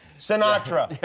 sinatra!